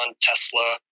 tesla